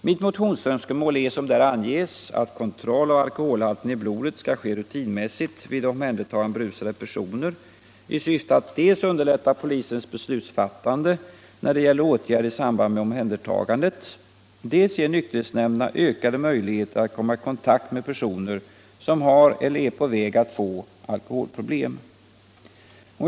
Mitt motionsönskemål är, som där anges, att kontroll av alkoholhalten i blodet skall ske rutinmässigt vid omhändertagande av berusade personer, i syfte att dels underlätta polisens beslutsfattande när det gäller åtgärder i samband med omhändertagandet, dels ge nykterhetsnämnderna ökade möjligheter att komma i kontakt med personer som har eller är på väg att få alkoholproblem.